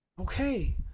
Okay